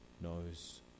knows